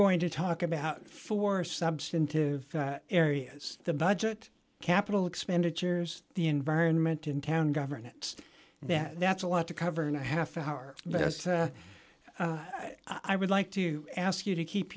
going to talk about four substantive areas the budget capital expenditures the environment in town government that that's a lot to cover and a half hour i would like to ask you to keep